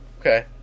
Okay